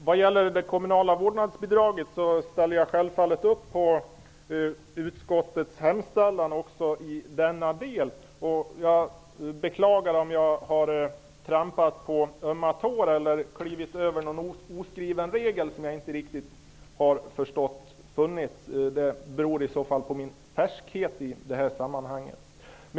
Herr talman! Jag ställer mig självfallet bakom utskottets hemställan också när det gäller det kommunala vårdnadsbidraget. Jag beklagar om jag har trampat på ömma tår eller klivit över någon oskriven regel som jag inte riktigt har förstått. I så fall beror det på min ''färskhet'' i det här sammanhanget.